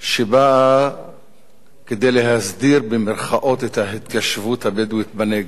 שבאה "להסדיר" את ההתיישבות הבדואית בנגב,